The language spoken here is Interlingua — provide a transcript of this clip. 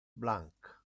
blanc